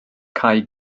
cau